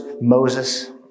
Moses